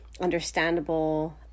understandable